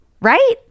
right